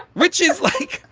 which is like,